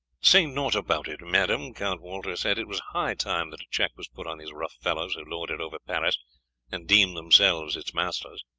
say naught about it, madame, count walter said it was high time that a check was put on these rough fellows who lord it over paris and deem themselves its masters.